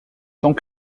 tant